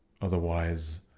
Otherwise